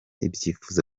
ibyifuzo